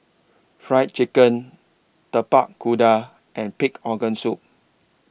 Fried Chicken Tapak Kuda and Pig Organ Soup